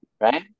right